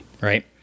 Right